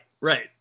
right